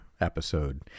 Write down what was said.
Episode